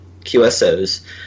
QSOs